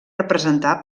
representar